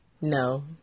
No